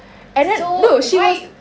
and then no she was